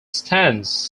stands